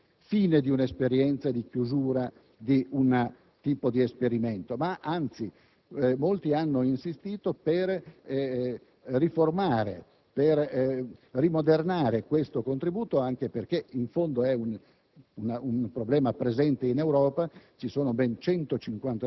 nessuno in maniera decisa ha parlato di fine di un'esperienza o di chiusura di un tipo di esperimento, anzi molti hanno insistito per riformare e per rimodernare questo contributo, anche perché in fondo si